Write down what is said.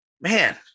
man